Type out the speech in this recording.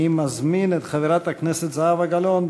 אני מזמין את חברת הכנסת זהבה גלאון,